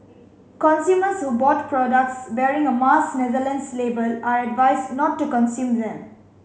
consumers who bought products bearing a Mars Netherlands label are advised not to consume them